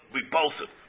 repulsive